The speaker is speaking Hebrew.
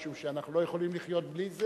משום שאנחנו לא יכולים לחיות בלי זה.